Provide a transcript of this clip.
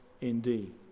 indeed